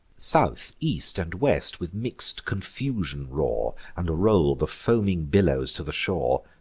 south, east, and west with mix'd confusion roar, and roll the foaming billows to the shore.